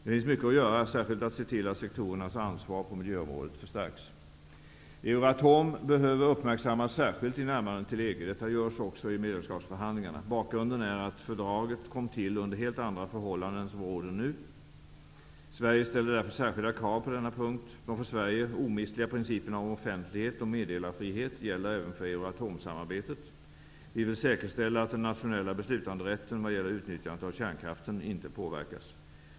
Det finns mycket att göra, särskilt att se till att sektorernas ansvar på miljöområdet förstärks. Euratom behöver uppmärksammas särskilt i närmandet till EG. Detta görs också i medlemskapsförhandlingarna. Bakgrunden är att fördraget kom till under helt andra förhållanden än dem som råder nu. Sverige ställer därför särskilda krav på denna punkt. De för Sverige omistliga principerna om offentlighet och meddelarfrihet gäller även för Euratomsamarbetet. Vi vill säkerställa att den nationella beslutanderätten vad gäller utnyttjandet av kärnkraften inte påverkas.